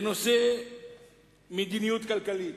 בנושא מדיניות כלכלית,